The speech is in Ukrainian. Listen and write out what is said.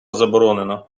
заборонена